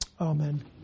Amen